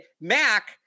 Mac